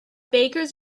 bakers